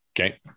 Okay